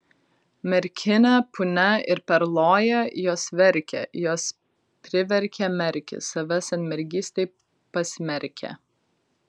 merkinė punia ir perloja jos verkė jos priverkė merkį save senmergystei pasmerkę